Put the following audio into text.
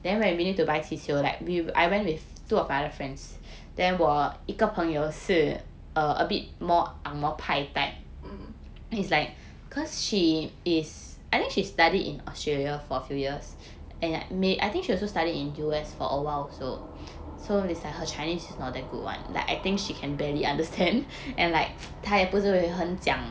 mm